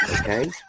Okay